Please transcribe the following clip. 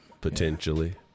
Potentially